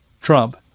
Trump